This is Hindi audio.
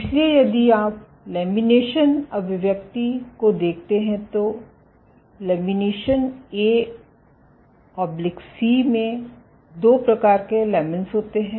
इसलिए यदि आप लमिनेशन अभिव्यक्ति को देखते हैं तो लैमिनेशन A C में दो प्रकार के लमीन्स होते हैं